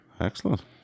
Excellent